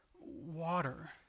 water